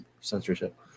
censorship